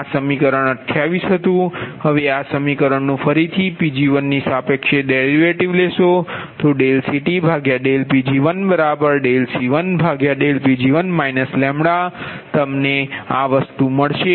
હવે આ સમીકરણ નુ ફરીથી Pg1 ની સાપેક્ષે ડેરિવેટિવ લેશો તો dCTdPg1dC1dPg1 λ તમની આ વસ્તુ મળશે